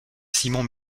simon